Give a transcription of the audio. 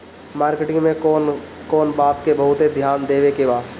Marketing मे कौन कौन बात के बहुत ध्यान देवे के बा?